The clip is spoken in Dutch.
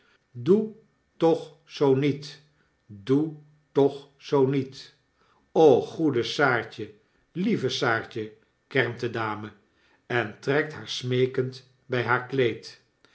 doe toch zoo niet doe toch zoo niet o goede saartje lieve baar kermt de dame en trekt haar smeekend by haar kleed